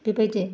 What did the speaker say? बेबायदि